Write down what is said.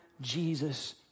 Jesus